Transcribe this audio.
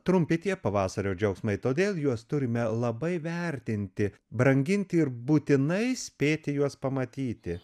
trumpi tie pavasario džiaugsmai todėl juos turime labai vertinti branginti ir būtinai spėti juos pamatyti